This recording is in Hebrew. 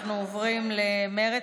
אנחנו עוברים למרצ.